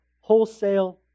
wholesale